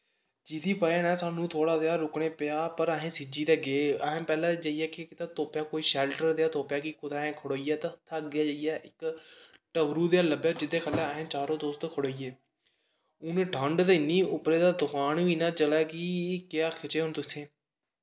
जेह्दी बज़ह् नै सानूं थोह्ड़ी जेहा रुकने पेआ पर असें सिज्जी ते गे असें पैह्लें जाइयै केह् कीता तुप्पेआ कोई शैल्टर जेहा तुप्पेआ कि कुतै असें खड़ोइयै ते उत्थें अग्गैं जाइयै इक टबरू जेहा लब्भेआ जेह्दे थल्लै असें चारों दोस्त खड़ोई गे हून ठंड ते इन्नी उप्परा दा तफान बी इन्ना चलै कि केह् आखचै हून तुसेंगी